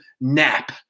nap